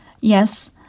Yes